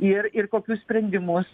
ir ir kokius sprendimus